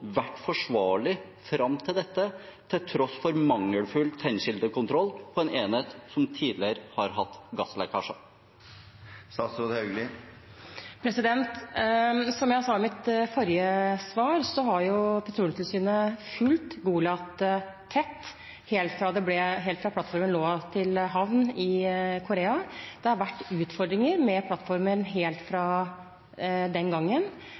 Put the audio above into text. vært forsvarlig fram til dette til tross for mangelfull tennkildekontroll på en enhet som tidligere har hatt gasslekkasje? Som jeg sa i mitt forrige svar, har Petroleumstilsynet fulgt Goliat tett helt fra plattformen lå til havn i Korea. Det har vært utfordringer med plattformen helt fra den gangen.